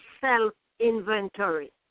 self-inventory